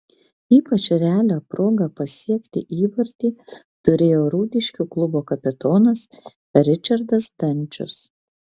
ypač realią progą pasiekti įvartį turėjo rūdiškių klubo kapitonas ričardas zdančius